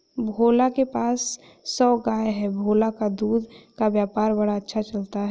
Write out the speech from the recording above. भोला के पास सौ गाय है भोला का दूध का व्यापार बड़ा अच्छा चलता है